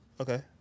Okay